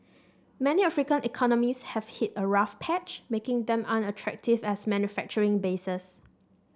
many African economies have hit a rough patch making them unattractive as manufacturing bases